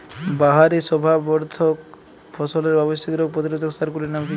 বাহারী শোভাবর্ধক ফসলের আবশ্যিক রোগ প্রতিরোধক সার গুলির নাম কি কি?